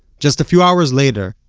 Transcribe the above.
just a few hours later,